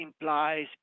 implies